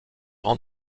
rend